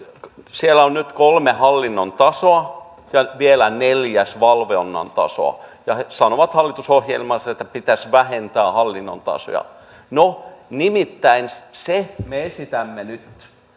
on nyt kolme hallinnon tasoa ja vielä neljäs valvonnan taso ja he sanovat hallitusohjelmassa että pitäisi vähentää hallinnon tasoja no nimittäin sen me esitämme nyt